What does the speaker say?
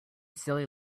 silly